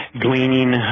gleaning